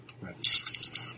right